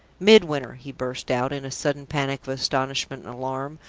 midwinter! he burst out, in a sudden panic of astonishment and alarm,